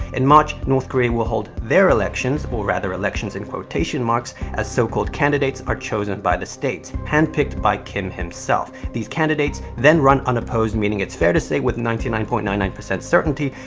in march, north korea will hold their elections, or rather, elections in quotation marks, as so-called candidates are chosen by the state, handpicked by kim himself. these candidates then run unopposed, meaning it's fair to say, with ninety nine point nine nine certainty,